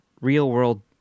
real-world